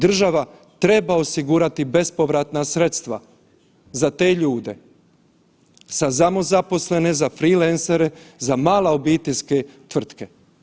Država treba osigurati bespovratna sredstva za te ljude, za samozaposlene, za freeleancere, za male obiteljske tvrtke.